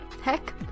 heck